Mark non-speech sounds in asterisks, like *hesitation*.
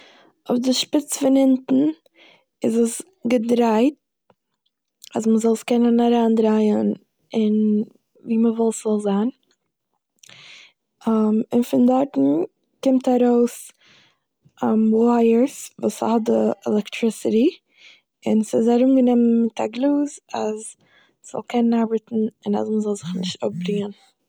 אויב די שפיץ פון אונטן איז עס געדרייט אז מ'זאל עס קענען אריינדרייען אין ווי מ'וויל ס'זאל זיין, *hesitation* און פון דארטן קומט ארויס *hesitation* ווייערס וואס האט די עלעקטעריסעטי און ס'איז ארומגענומען מיט א גלאז אז ס'זאל קענען ארבעטן און אז מ'זאל *noise* זיך נישט *noise* אפבריען.